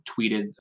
tweeted